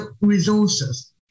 resources